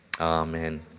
Amen